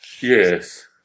Yes